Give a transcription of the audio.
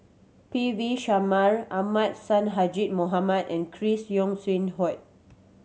P V Sharma Ahmad Sonhadji Mohamad and Chris Yeo Siew Hua